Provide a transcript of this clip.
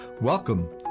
Welcome